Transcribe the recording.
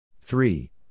Three